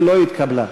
לא התקבלה.